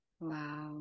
wow